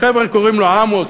החבר'ה קוראים לו עמוס,